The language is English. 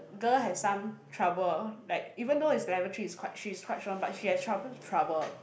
girl has some trouble like even though is level three is quite she's quite strong but she has trouble trouble